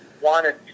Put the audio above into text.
wanted